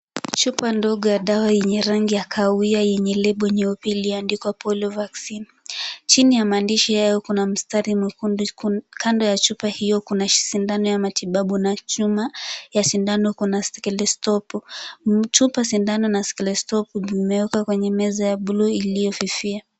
Chupa ndogo ya dawa ya kahawia yenye lebo nyeupe iliyoandikwa Polio Vaccine . Chini ya maandishi hato kuna mstari mwekundu ya chupa hio kuna sindano ya matibabu na chuma ya sindano kuna stetikopu